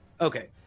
Okay